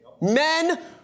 men